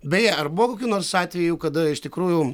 beje ar buvo kokių nors atvejų kada iš tikrųjų